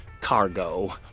cargo